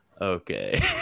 Okay